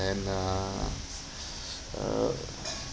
and uh uh